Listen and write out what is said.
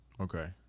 Okay